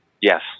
Yes